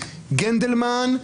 גנדלמן,